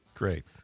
great